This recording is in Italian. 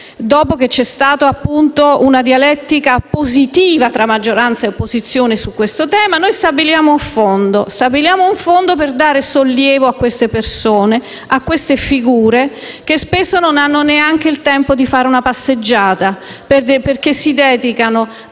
dopo che c'è stata, appunto, una dialettica positiva tra maggioranza e opposizione sul tema. Stabiliamo un fondo per dare sollievo a queste persone, a queste figure, che spesso non hanno neanche il tempo di fare una passeggiata, perché si dedicano